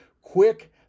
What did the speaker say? Quick